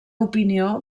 opinió